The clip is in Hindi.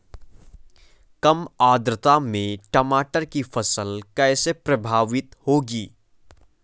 कम आर्द्रता में टमाटर की फसल कैसे प्रभावित होगी?